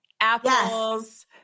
apples